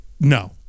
No